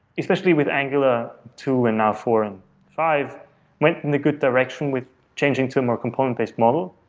especially with angular two and now four and five went in a good direction with changing to more component-based model.